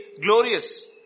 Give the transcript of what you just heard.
glorious